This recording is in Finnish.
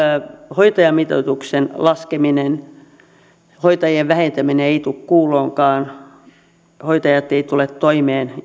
hoitajamitoituksen laskeminen hoitajien vähentäminen ei tule kuulonkaan hoitajat eivät tule toimeen